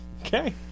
Okay